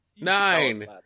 Nine